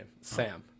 sam